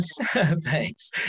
thanks